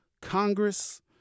Congress